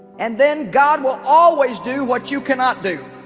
and then god will always do what you cannot do